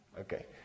Okay